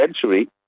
century